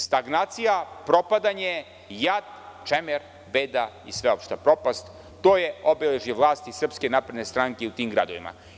Stagnacija, propadanje, jad, čemer, beda i sveopšta propast, to je obeležje vlasti SNS u tim gradovima.